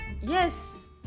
Yes